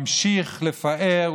ממשיך לפאר,